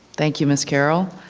thank you, miss carroll.